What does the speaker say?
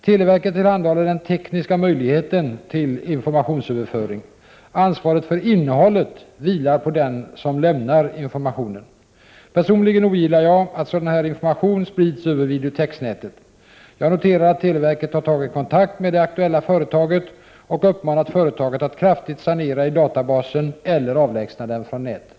Televerket tillhandahåller den tekniska möjligheten till informationsöverföring. Ansvaret för innehållet vilar på den som lämnar informationen. Personligen ogillar jag att sådan här information sprids över videotexnätet. Jag noterar att televerket har tagit kontakt med det aktuella företaget och uppmanat företaget att kraftigt sanera i databasen eller avlägsna den från nätet.